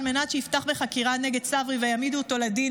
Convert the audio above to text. מנת שיפתחו בחקירה נגד צברי ויעמידו אותו לדין,